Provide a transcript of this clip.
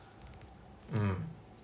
mm